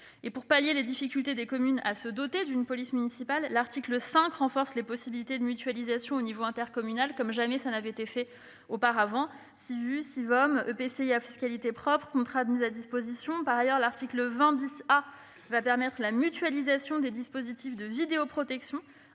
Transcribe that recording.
Pour pallier les difficultés des communes à se doter d'une police municipale, l'article 5 renforce les possibilités de mutualisation à l'échelon intercommunal comme cela n'avait jamais été fait auparavant : SIVU, Sivom, EPCI à fiscalité propre, contrat de mise à disposition. Par ailleurs, l'article 20 A va permettre la mutualisation des dispositifs de vidéoprotection